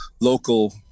local